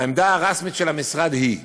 העמדה הרשמית של המשרד היא,